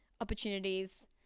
opportunities